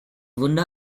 wunder